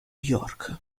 york